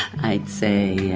i'd say yeah